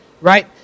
Right